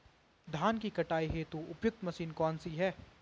धान की कटाई हेतु उपयुक्त मशीन कौनसी है?